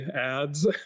ads